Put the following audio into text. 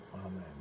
Amen